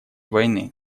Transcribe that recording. войны